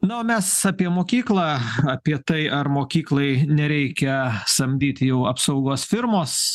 na o mes apie mokyklą apie tai ar mokyklai nereikia samdyti jau apsaugos firmos